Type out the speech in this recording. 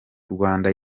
rwanda